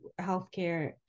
healthcare